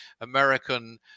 American